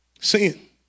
Sin